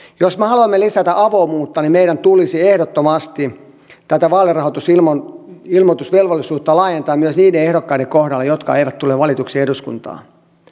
jos me haluamme lisätä avoimuutta niin meidän tulisi ehdottomasti tätä vaalirahoitusilmoitusvelvollisuutta laajentaa myös niiden ehdokkaiden kohdalle jotka eivät tule valituiksi eduskuntaan